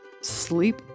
sleep